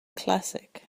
classic